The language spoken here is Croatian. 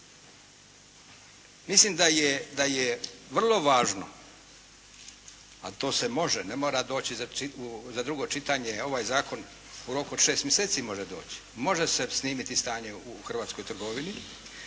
mislim da je vrlo važno a to se može, ne mora doći za drugo čitanje, ovaj zakon u roku od šest mjeseci može doći. Može se snimiti stanje u hrvatskoj trgovini,